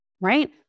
right